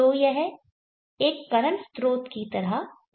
तो यह एक करंट स्रोत की तरह हो सकता है